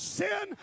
sin